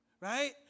right